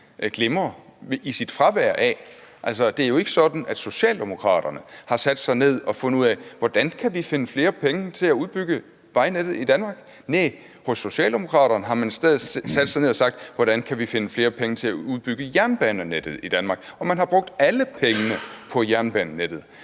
med sit fravær. Det er jo ikke sådan, at socialdemokraterne har sat sig ned og fundet ud af, hvordan vi kan finde flere penge til at udbygge vejnettet i Danmark. Nej, hos socialdemokraterne har man i stedet sat sig ned og sagt, hvordan vi kan finde flere penge til at udbygge jernbanenettet i Danmark. Man har brugt alle pengene på jernbanenettet.